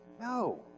No